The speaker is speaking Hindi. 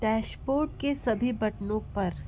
डैशबोर्ड के सभी बटनों पर